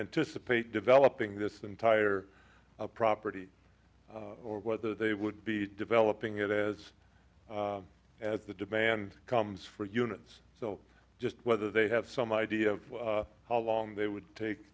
anticipate developing this entire property or whether they would be developing it as at the demand comes for units so just whether they have some idea of how long they would take